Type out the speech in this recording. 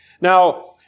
Now